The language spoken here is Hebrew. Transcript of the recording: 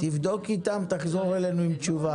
תבדוק אתם ותחזור אלינו עם תשובה.